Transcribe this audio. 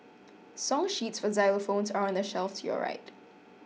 song sheets for xylophones are on the shelf to your right